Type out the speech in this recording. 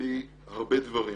בלי הרבה דברים.